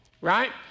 right